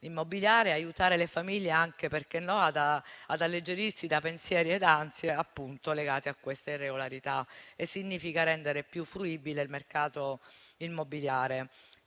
immobiliare e aiutare le famiglie anche ad alleggerirsi da pensieri ed ansie legate a queste irregolarità. Significa altresì rendere più fruibile il mercato immobiliare,